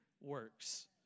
works